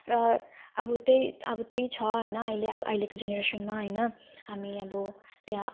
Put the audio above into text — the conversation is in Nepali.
र अब त्यही अब त्यही छ हैन अहिले अब अहिलेको जेनरेसनमा हैन हामी अब त्यहाँ